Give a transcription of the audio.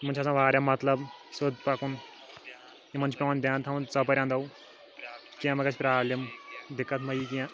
یِمَن چھِ آسان واریاہ مطلب سیوٚد پَکُن یِمَن چھُ پٮ۪وان دھیٛان تھاوُن ژۄپٲرۍ انٛدَو کیٚنٛہہ مَہ گَژھِ پرٛابلِم دِقت مَہ یی کیٚنٛہہ